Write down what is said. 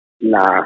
Nah